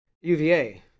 UVA